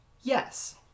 Yes